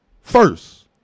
first